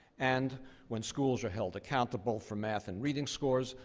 and when schools are held accountable for math and reading scores,